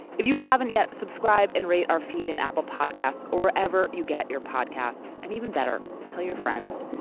if you haven't yet, subscribe and read our feed and apple podcasts or ever you get your podcasts and even better tell your friends.